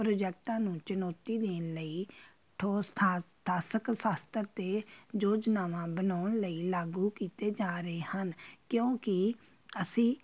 ਪ੍ਰੋਜੈਕਟਾਂ ਨੂੰ ਚੁਣੌਤੀ ਦੇਣ ਲਈ ਠੋਸ ਸ਼ਾਸਤਰ ਅਤੇ ਯੋਜਨਾਵਾਂ ਬਣਾਉਣ ਲਈ ਲਾਗੂ ਕੀਤੇ ਜਾ ਰਹੇ ਹਨ ਕਿਉਂਕਿ ਅਸੀਂ